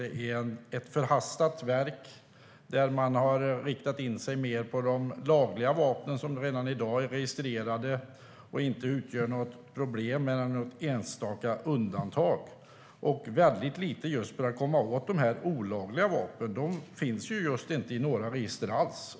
Det är ett hastverk där man har riktat in sig på de lagliga vapnen, som redan i dag är registrerade och inte utgör något problem mer än något enstaka undantag. Det görs väldigt lite för att komma åt de olagliga vapnen som just inte finns i några register alls.